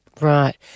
Right